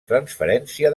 transferència